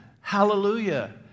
hallelujah